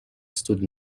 stood